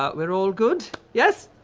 ah we're all good? yes?